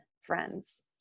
friends